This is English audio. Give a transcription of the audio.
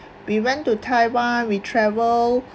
we went to taiwan we travel